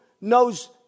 knows